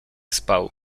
spał